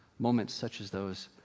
moments such as those,